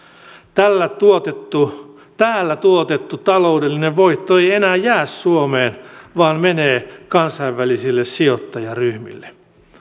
täällä tuotettu täällä tuotettu taloudellinen voitto ei enää jää suomeen vaan menee kansainvälisille sijoittajaryhmille